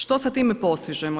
Što sa time postižemo?